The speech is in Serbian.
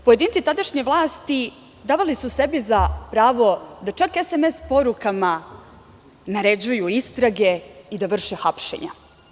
Pojedinci tadašnje vlasti davali su sebi za pravo da čak SMS porukama naređuju istrage i da vrše hapšenja.